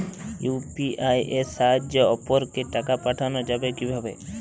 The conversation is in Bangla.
ইউ.পি.আই এর সাহায্যে অপরকে টাকা পাঠানো যাবে কিভাবে?